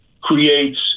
creates